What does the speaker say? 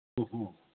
ꯎꯝ ꯎꯝ